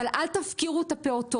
אבל אל תפקירו את הפעוטות.